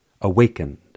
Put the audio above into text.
awakened